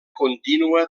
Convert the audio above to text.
contínua